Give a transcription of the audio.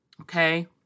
okay